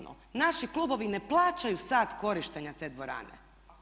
Naši klubovi ne plaćaju sat korištenja te dvorane.